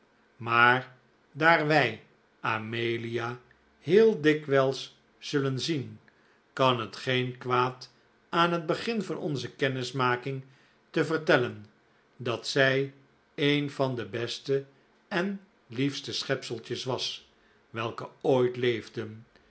maar daar wij amelia heel dikwijls zullen zien kan het geen kwaad aan het begin van onze kennismaking te vertellen dat zij een van de beste en liefste schepseltjes was welke ooit leefden